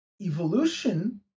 evolution